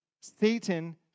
Satan